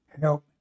Help